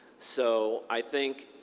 so i think